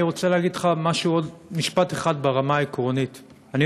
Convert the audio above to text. אני רוצה להגיד לך משפט אחד ברמה העקרונית: אני